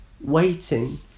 waiting